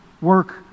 work